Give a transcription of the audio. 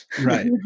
Right